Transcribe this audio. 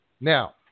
Now